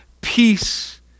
peace